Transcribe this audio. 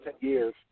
years